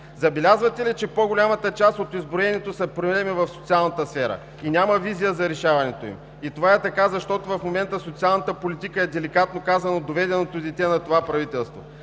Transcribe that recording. Забелязвате ли, че по-голямата част от изброеното са проблеми в социалната сфера и няма визия за решаването им? Това е така, защото в момента социалната политика е, деликатно казано, доведеното дете на това правителство,